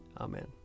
Amen